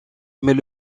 mais